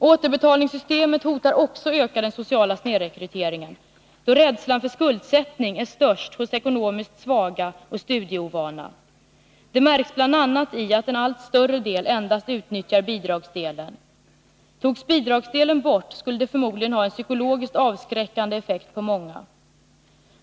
Återbetalningssystemet hotar också att öka den sociala snedrekryteringen, eftersom rädslan för skuldsättning är störst hos ekonomiskt svaga och studieovana. Det märks bl.a. i att en allt större del endast utnyttjar bidragsdelen. Togs bidragsdelen bort skulle det förmodligen ha en psykologiskt avskräckande effekt på många.